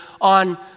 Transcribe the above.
on